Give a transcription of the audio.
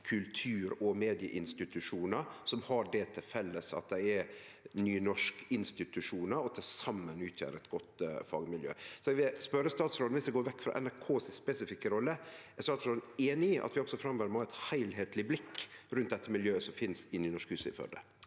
kultur- og medieinstitusjonar som har det til felles at dei er nynorskinstitusjonar og til saman utgjer eit godt fagmiljø. Eg vil spørje statsråden: Om vi går vekk frå NRKs spesifikke rolle, er statsråden einig i at vi også framover må ha eit heilskapleg blikk på det miljøet som finst i Nynorskhuset i Førde?